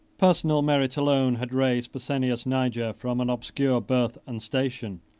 personal merit alone had raised pescennius niger, from an obscure birth and station,